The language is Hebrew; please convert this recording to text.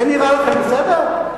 זה נראה לכם בסדר?